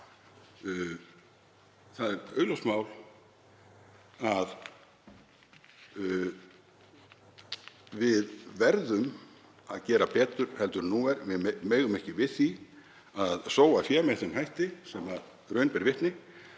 Það er augljóst mál að við verðum að gera betur en nú er. Við megum ekki við því að sóa fé með þeim hætti sem raun ber vitni.